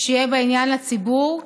שיהיה בה עניין לציבור,